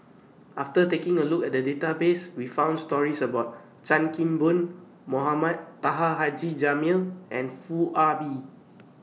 after taking A Look At The Database We found stories about Chan Kim Boon Mohamed Taha Haji Jamil and Foo Ah Bee